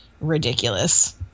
ridiculous